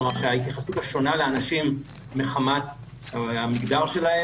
כלומר שההתייחסות השונה לאנשים מחמת המגדר שלהם